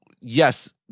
Yes